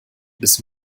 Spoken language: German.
bis